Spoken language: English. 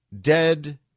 dead